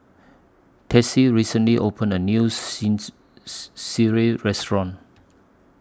Tessie recently opened A New since Sireh Restaurant